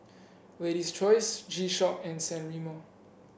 Lady's Choice G Shock and San Remo